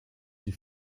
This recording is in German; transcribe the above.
die